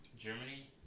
Germany